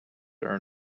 earn